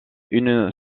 une